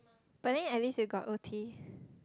but then at least you got O_T